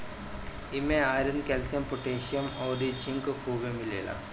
इमे iron, calcium, potassium अउरी zinc खुबे मिलेला